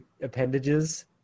appendages